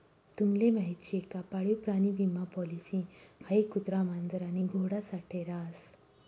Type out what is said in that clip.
तुम्हले माहीत शे का पाळीव प्राणी विमा पॉलिसी हाई कुत्रा, मांजर आणि घोडा साठे रास